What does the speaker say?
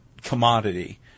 commodity